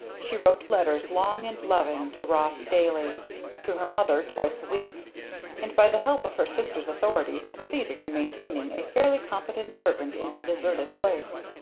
she wrote letters long and loving, to ross daily to her mother twice a week and by the help of her sister's authority succeeded in maintaining a fairly competent servant in her deserted place.